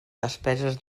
despeses